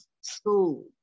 school